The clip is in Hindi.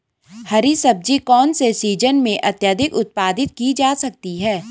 हरी सब्जी कौन से सीजन में अत्यधिक उत्पादित की जा सकती है?